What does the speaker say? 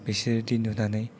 बिसोरदि नुनानै